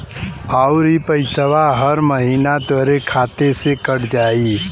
आउर इ पइसवा हर महीना तोहरे खाते से कट जाई